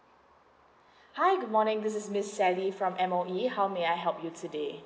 hi good morning this is miss sally from M_O_E how may I help you today